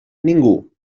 ningú